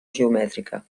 geomètrica